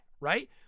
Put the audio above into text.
right